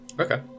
Okay